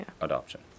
adoption